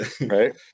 Right